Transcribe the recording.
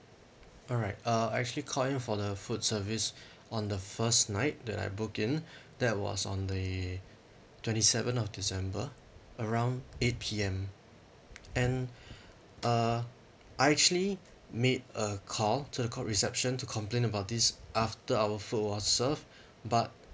alright uh I actually called in for the food service on the first night that I book in that was on the twenty seventh of december around eight P_M and uh I actually made a call to the call reception to complain about this after our food was served but